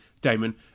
Damon